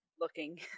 looking